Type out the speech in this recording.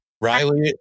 Riley